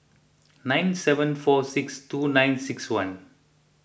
nine seven four six two nine six one